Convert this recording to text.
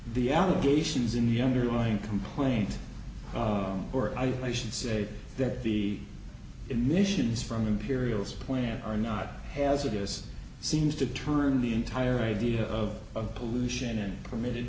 the allegations in the underlying complaint or i should say that the emissions from imperials plant are not hazardous seems to turn the entire idea of pollution and permitted